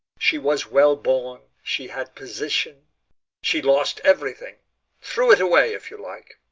she was well born, she had position she lost everything threw it away, if you like.